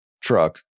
truck